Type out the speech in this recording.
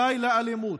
די לאלימות,